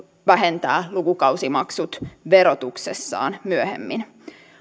vähentää lukukausimaksut verotuksessaan myöhemmin